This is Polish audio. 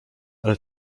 ale